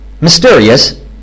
Mysterious